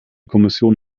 kommission